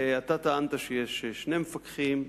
אתה טענת שיש שני מפקחים.